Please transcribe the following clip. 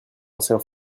anciens